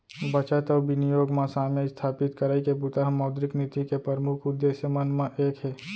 बचत अउ बिनियोग म साम्य इस्थापित करई के बूता ह मौद्रिक नीति के परमुख उद्देश्य मन म एक हे